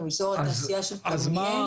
הוא אזור התעשייה של כרמיאל.